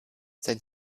sein